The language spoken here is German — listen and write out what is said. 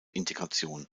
integration